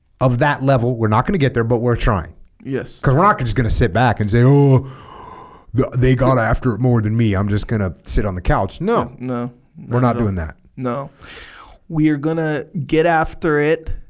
of that level we're not going to get there but we're trying yes because we're not just going to sit back and say oh they got after it more than me i'm just going to sit on the couch no no we're not doing that no we are going to get after it